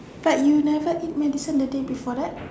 but you never eat medicine the day before that